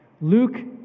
Luke